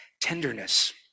tenderness